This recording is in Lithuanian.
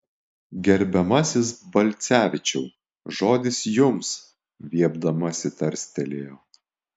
gerbiamasis balcevičiau žodis jums viepdamasi tarstelėjo